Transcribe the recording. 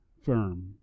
firm